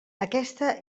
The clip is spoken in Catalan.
aquesta